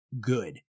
good